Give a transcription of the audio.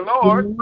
Lord